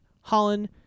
Holland